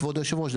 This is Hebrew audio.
כבוד יושב הראש,